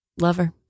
Lover